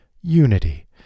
unity